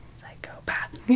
Psychopath